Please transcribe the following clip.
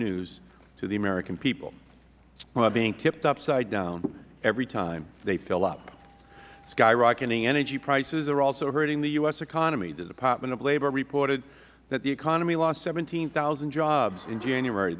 news to the american people who are being tipped upside down every time they fill up skyrocketing energy prices are also hurting the u s economy the department of labor reported that the economy lost seventeen thousand jobs in january